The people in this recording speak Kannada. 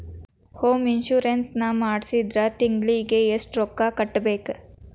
ಹೊಮ್ ಇನ್ಸುರೆನ್ಸ್ ನ ಮಾಡ್ಸಿದ್ರ ತಿಂಗ್ಳಿಗೆ ಎಷ್ಟ್ ರೊಕ್ಕಾ ಕಟ್ಬೇಕ್?